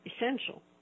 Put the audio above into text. essential